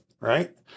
Right